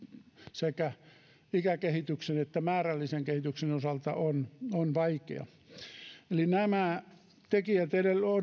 sekä ikäkehityksen että määrällisen kehityksen osalta on on vaikea nämä tekijät